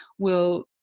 will